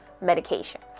medication